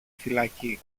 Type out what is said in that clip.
φυλακή